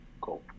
cool